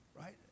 right